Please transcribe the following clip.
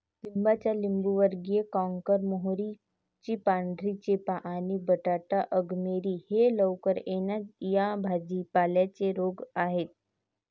लिंबाचा लिंबूवर्गीय कॅन्कर, मोहरीची पांढरी चेपा आणि बटाटा अंगमेरी हे लवकर येणा या भाजी पाल्यांचे रोग आहेत